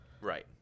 right